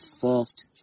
first